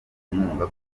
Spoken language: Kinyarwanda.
inkunga